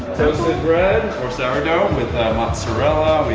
toasted bread or sourdough with mozzarella.